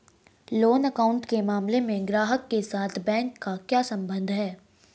Loan account के मामले में ग्राहक के साथ बैंक का क्या संबंध है?